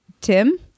Tim